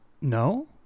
No